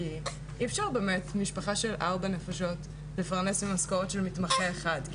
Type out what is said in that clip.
כי אי אפשר באמת משפחה של ארבעה נפשות לפרנס עם משכורת של מתמחה אחד,